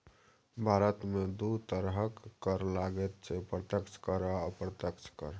भारतमे दू तरहक कर लागैत छै प्रत्यक्ष कर आ अप्रत्यक्ष कर